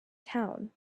town